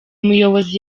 muyobozi